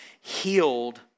healed